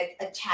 attack